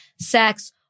sex